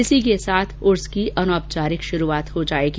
इसी के साथ उर्स की अनौपचारिक शुरूआत हो जाएगी